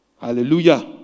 Hallelujah